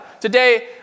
Today